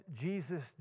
Jesus